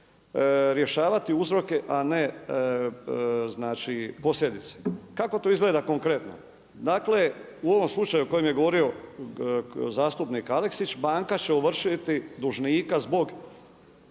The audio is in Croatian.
Rješavati uzroke, a ne posljedice. Kako to izgleda konkretno? Dakle u ovom slučaju o kojem je govorio zastupnik Aleksić, banka će ovršiti dužnika zbog